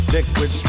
Liquid